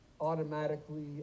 automatically